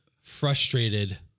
frustrated